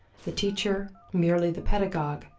the teacher merely the pedagogue,